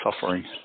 suffering